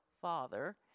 father